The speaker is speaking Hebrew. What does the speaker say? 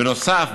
בנוסף,